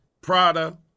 Prada